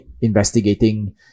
investigating